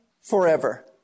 forever